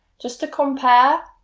just to compare,